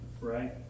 right